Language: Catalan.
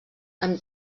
amb